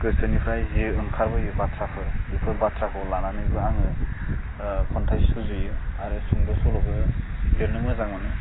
गोसोनिफ्राय जि ओंखारबोयो बाथ्राफोर बेफोर बाथ्राखौ लानानैबो आङो खन्थाइ सुजुयो आरो सुंद' सल'बो लिरनो मोजां मोनो